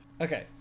Okay